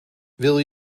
wil